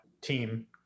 team